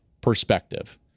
perspective